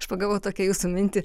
aš pagavau tokią jūsų mintį